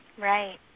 right